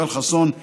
יואל חסון,